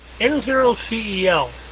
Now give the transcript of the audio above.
N0CEL